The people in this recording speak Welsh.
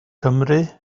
cymry